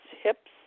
hips